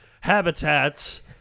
habitats